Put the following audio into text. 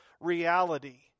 reality